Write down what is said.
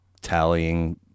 tallying